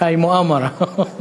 הַי מֻאאמרה.